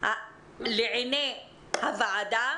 לעיני הוועדה.